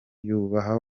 yubaha